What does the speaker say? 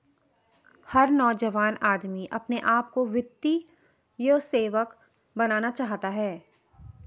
हर नौजवान आदमी अपने आप को वित्तीय सेवक बनाना चाहता है